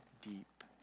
deep